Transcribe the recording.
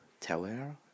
Tower